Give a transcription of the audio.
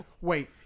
Wait